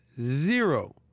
Zero